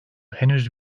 henüz